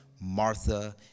Martha